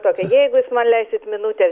tokio jeigu jūs man leisit minutę